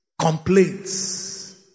complaints